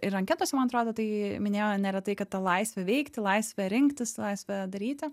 ir anketose man atrodo tai minėjo neretai kad ta laisvė veikti laisvė rinktis laisvė daryti